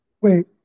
Wait